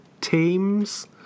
teams